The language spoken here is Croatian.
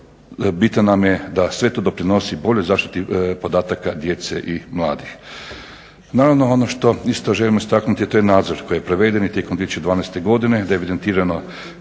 bitno nam je da sve to doprinosi boljoj zaštiti podataka djece i mladih. Naravno ono što isto želimo istaknuti to je nadzor koji je proveden tijekom 2012. godine gdje je evidentirano